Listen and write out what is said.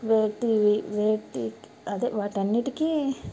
వేటి వేటికి అదే వాటన్నిటికీ